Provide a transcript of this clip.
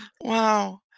Wow